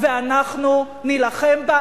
ואנחנו נילחם בה.